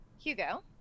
Hugo